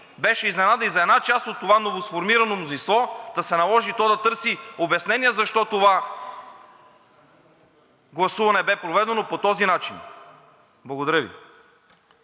беше изненада и за една част от това новосформирано мнозинство, та се наложи то да търси обяснение защо това гласуване бе проведено по този начин. Благодаря Ви.